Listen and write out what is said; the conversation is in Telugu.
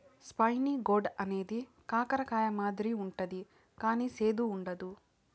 స్పైనీ గోర్డ్ అనేది కాకర కాయ మాదిరి ఉంటది కానీ సేదు ఉండదు